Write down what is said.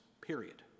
period